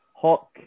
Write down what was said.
Hawk